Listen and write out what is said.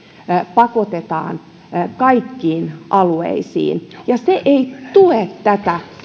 pakotetaan kaikkiin alueisiin ja se ei tue tätä